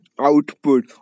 output